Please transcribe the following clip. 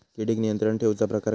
किडिक नियंत्रण ठेवुचा प्रकार काय?